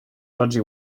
dodgy